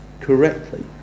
correctly